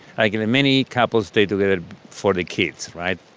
like, many couples stay together for the kids, right?